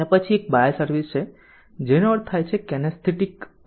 અને પછી એક બાય સર્વિસ છે જેનો અર્થ થાય છે કેનેસ્થેટિક અનુભવ